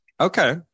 Okay